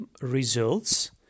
results